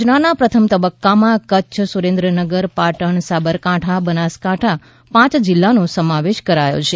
યોજનાના પ્રથમ તબક્કામાં કચ્છ સુરેન્દ્રનગર પાટણ સાબરકાંઠા બનાસકાંઠા પાંચ જિલ્લાનો સમાવેશ કરાયો છે